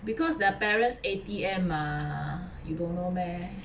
because their parents A_T_M mah you don't know meh